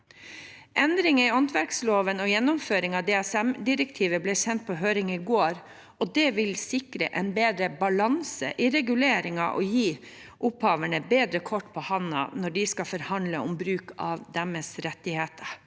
Endringer i åndsverkloven og gjennomføring av DSM-direktivet ble sendt på høring i går. Det vil sikre en bedre balanse i reguleringen og gi opphavere bedre kort på hånden når de skal forhandle om bruk av sine rettigheter.